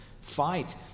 fight